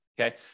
Okay